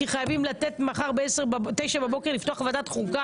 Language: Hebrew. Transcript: כי מחר בתשע בבוקר חייבים לפתוח את ועדת החוקה,